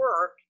work